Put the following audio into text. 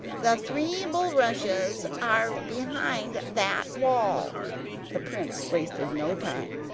the three bulrushes are behind that wall the prince wasted no time.